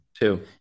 Two